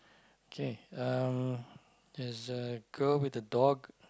okay uh there's a girl with a dog